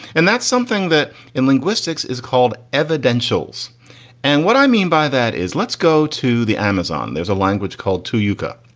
and that's something that in linguistics is called evidential. and what i mean by that is let's go to the amazon. there's a language called to uca.